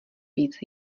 víc